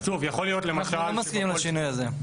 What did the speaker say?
אנחנו לא מסכימים לשינוי הזה.